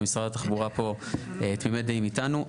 ומשרד התחבורה פה תמימי דעים איתנו,